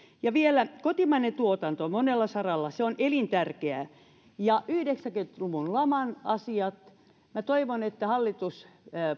ja vielä kotimainen tuotanto monella saralla on elintärkeää yhdeksänkymmentä luvun laman asiat toivon että hallitus